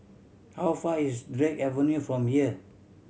how far is Avenue from here